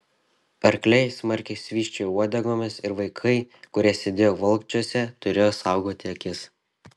arkliai smarkiai švysčiojo uodegomis ir vaikai kurie sėdėjo valkčiuose turėjo saugoti akis